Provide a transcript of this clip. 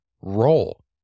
roll